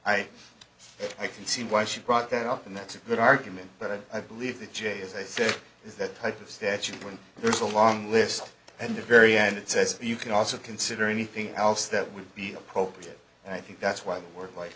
if i can see why she brought that up and that's a good argument but i believe that jay as i said is that type of statute when there's a long list and the very end it says you can also consider anything else that would be appropriate and i think that's why the word li